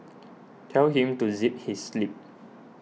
tell him to zip his lip